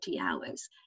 hours